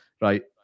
right